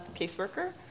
caseworker